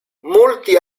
molti